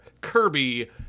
kirby